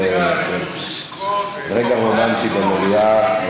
זה רגע רומנטי במליאה.